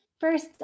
first